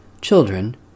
Children